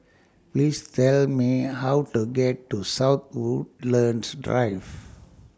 Please Tell Me How to get to South Woodlands Drive